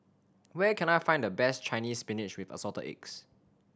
where can I find the best Chinese Spinach with Assorted Eggs